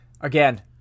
Again